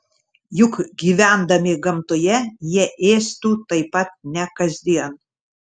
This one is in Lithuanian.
juk gyvendami gamtoje jie ėstų taip pat ne kasdien